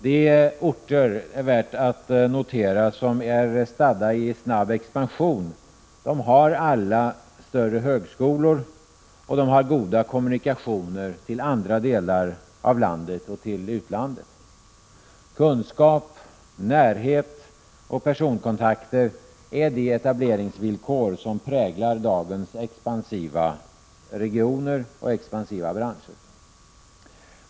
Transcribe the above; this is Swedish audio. Det är värt att notera att alla de orter som är stadda i snabb expansion har större högskolor och goda kommunikationer till övriga delar av vårt land och till utlandet. Kunskap, närhet och personkontakter är de etableringsvillkor som präglar dagens expansiva regioner och branscher.